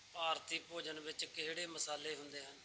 ਭਾਰਤੀ ਭੋਜਨ ਵਿੱਚ ਕਿਹੜੇ ਮਸਾਲੇ ਹੁੰਦੇ ਹਨ